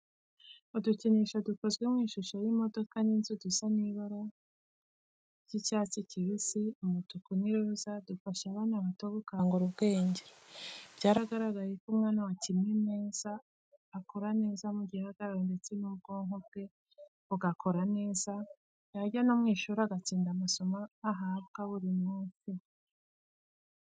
Udukinisho dukozwe mu ishusho y'imodoka n'inzu dusa n'ibara ry'icyatsi kibisi, umutuku n'iroza, dufasha abana bato gukangura ubwenge. Byaragaragaye ko umwana wakinnye neza akura neza mu gihagararo ndetse n'ubwonko bwe bugakora neza, yajya no mu ishuri agatsinda amasomo ahabwa buri munsi.